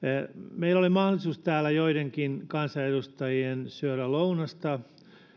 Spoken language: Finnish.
meillä oli mahdollisuus joidenkin kansanedustajien syödä lounasta